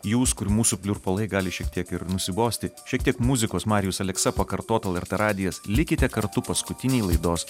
jūs kur mūsų pliurpalai gali šiek tiek ir nusibosti šiek tiek muzikos marijus aleksa pakartot lrt radijas likite kartu paskutinėj laidos